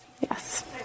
Yes